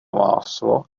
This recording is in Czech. máslo